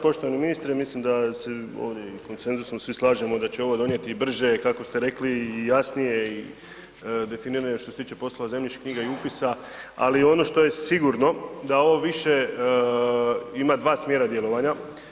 Poštovani ministre, mislim da se ovim konsenzusom svi slažemo da će ovo donijeti brže i kako ste rekli, i jasnije i definirane što se tiče poslova zemljišnih knjiga i upisa, ali ono što je sigurno da ovo više ima dva smjera djelovanja.